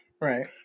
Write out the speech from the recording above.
right